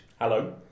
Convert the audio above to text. Hello